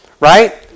Right